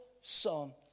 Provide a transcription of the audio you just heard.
Son